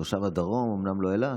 תושב הדרום, אומנם לא אילת,